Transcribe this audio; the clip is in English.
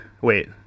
wait